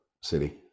city